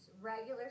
Regular